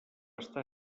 estar